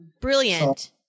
Brilliant